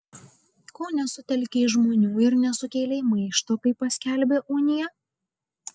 ko nesutelkei žmonių ir nesukėlei maišto kai paskelbė uniją